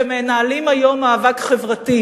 והם מנהלים היום מאבק חברתי.